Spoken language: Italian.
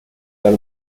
tal